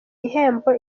gihembo